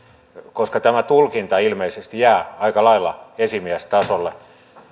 koska tämä tulkinta ilmeisesti jää aika lailla esimiestasolle